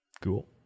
Cool